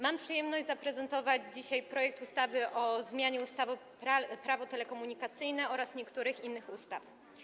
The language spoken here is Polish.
Mam przyjemność zaprezentować dzisiaj projekt ustawy o zmianie ustawy Prawo telekomunikacyjne oraz niektórych innych ustaw.